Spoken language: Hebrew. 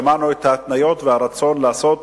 שמענו את ההתניות והרצון לעשות